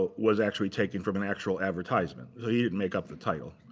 but was actually taken from an actual advertisement he didn't make up the title.